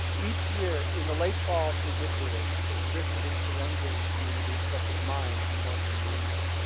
each year in the late fall through mid winter there's a risk of influenza in communities such as mine in northern new england.